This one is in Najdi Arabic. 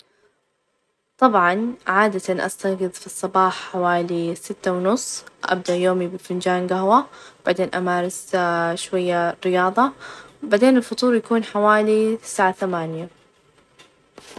أ تمامًا هنا رقم هاتف وهمي صفر ،خمسة، خمسة، واحد ،اثنين، ثلاثة، أربعة ،خمسة، ستة، سبعة.